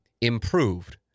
improved